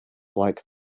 like